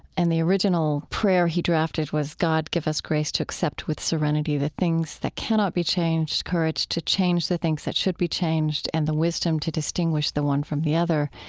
and the original prayer he drafted was, god, give us grace to accept with serenity the things that cannot be changed, courage to change the things that should be changed, and the wisdom to distinguish the one from the other.